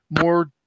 more